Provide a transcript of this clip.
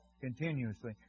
Continuously